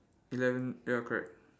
eleven ya correct